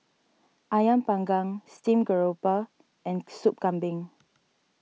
Ayam Panggang Steamed Grouper and Sup Kambing